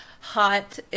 hot